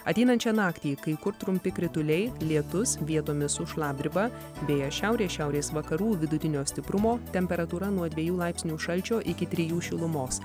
ateinančią naktį kai kur trumpi krituliai lietus vietomis su šlapdriba vėjas šiaurės šiaurės vakarų vidutinio stiprumo temperatūra nuo dviejų laipsnių šalčio iki trijų šilumos